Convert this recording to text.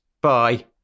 Bye